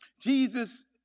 Jesus